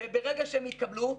שברגע שהם התקבלו,